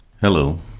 Hello